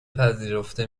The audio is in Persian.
پذیرفته